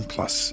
Plus